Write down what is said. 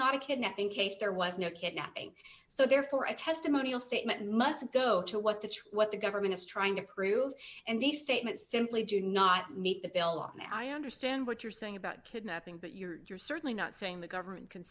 not a kidnapping case there was no kidnapping so therefore a testimonial statement must go to what the church what the government is trying to prove and these statements simply do not meet the bill and i understand what you're saying about kidnapping but you're certainly not saying the government c